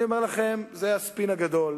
אני אומר לכם שזה הספין הגדול,